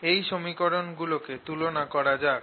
এই সমীকরণ গুলোকে তুলনা করা যাক